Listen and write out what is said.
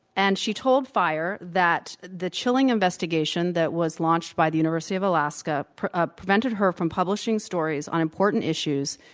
and she told f ire that the chilling investigation that was launched by the university of alaska ah prevented her from publishing stories on important issues,